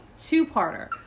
two-parter